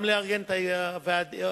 גם לארגן את העובדים,